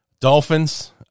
Dolphins